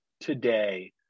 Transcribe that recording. today